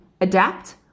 adapt